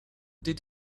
did